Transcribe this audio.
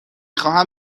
خواهم